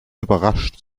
überrascht